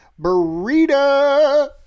Burrito